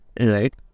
Right